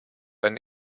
ein